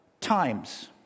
times